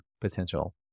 potential